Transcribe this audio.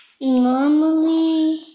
Normally